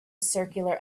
circular